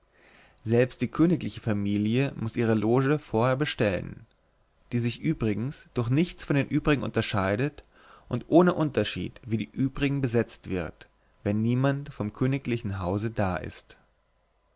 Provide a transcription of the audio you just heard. selbst die königliche familie muß ihre loge vorher bestellen die sich übrigens durch nichts von den übrigen unterscheidet und ohne unterschied wie die übrigen besetzt wird wenn niemand vom königlichen hause da ist